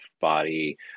body